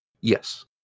Yes